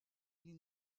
die